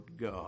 God